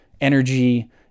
energy